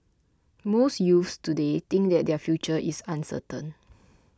most youths today think that their future is uncertain